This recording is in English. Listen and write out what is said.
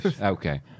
Okay